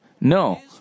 No